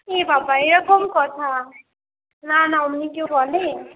এ বাবা এরকম কথা না না অমনি কেউ বলে